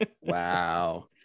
Wow